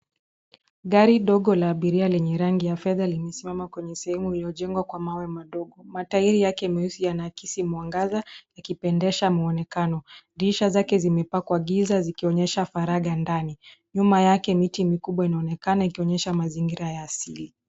Gari dogo la abiria lenye rangi ya fedha limesimama kwenye sehemu iliyojengwa kwa mawe madogo. Matairi yake meusi yanaakisi mwangaza likipendesha mwonekano .Dirisha zake zimepakwa giza zikionyesha faragha ndani. Nyuma yake miti mikubwa inaonekana ikionyesha mazingira ya asili.